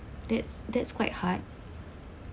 that's that's quite hard